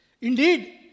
Indeed